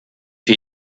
für